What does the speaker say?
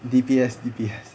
D_P_S D_P_S